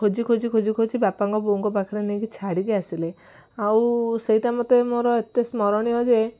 ଖୋଜି ଖୋଜି ଖୋଜି ଖୋଜି ବାପାଙ୍କ ବୋଉଙ୍କ ପାଖରେ ନେଇକି ଛାଡ଼ିକି ଆସିଲେ ଆଉ ସେଇଟା ମୋତେ ମୋର ଏତେ ସ୍ମରଣୀୟ ଯେ